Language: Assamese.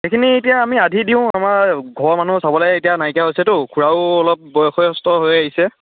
সেইখিনি এতিয়া আমি আধি দিওঁ আমাৰ ঘৰৰ মানুহ চাবলৈ এতিয়া নাইকিয়া হৈছেতো খুৰাও অলপ বয়সস্থ হৈ আহিছে